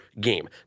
game